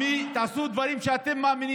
מה עם תושבי אשקלון?